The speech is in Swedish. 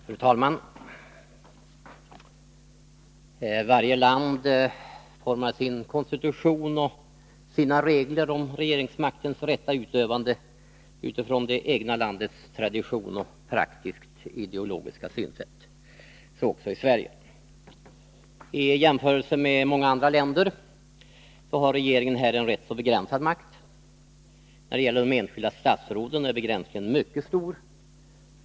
Fru talman! Varje land formar sin konstitution, sina regler om regeringsmaktens rätta utövande, utifrån det egna landets tradition och praktisktideologiska synsätt. Så också Sverige. I jämförelse med många andra länder har regeringen här en rätt så begränsad makt. När det gäller de enskilda statsråden är begränsningen mycket stor.